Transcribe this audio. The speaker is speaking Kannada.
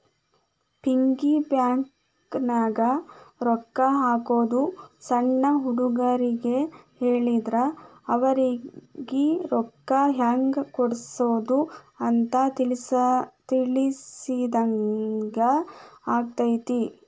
ಪಿಗ್ಗಿ ಬ್ಯಾಂಕನ್ಯಾಗ ರೊಕ್ಕಾ ಹಾಕೋದು ಸಣ್ಣ ಹುಡುಗರಿಗ್ ಹೇಳಿದ್ರ ಅವರಿಗಿ ರೊಕ್ಕಾ ಹೆಂಗ ಕೂಡಿಡೋದ್ ಅಂತ ತಿಳಿಸಿದಂಗ ಆಗತೈತಿ